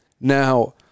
Now